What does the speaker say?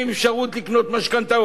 הם יגידו שאין להם אפשרות לקחת משכנתאות,